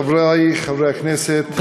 חברי חברי הכנסת,